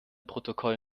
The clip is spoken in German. protokoll